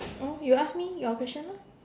oh you ask me your question orh